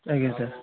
ଆଜ୍ଞା ସାର୍